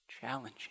challenging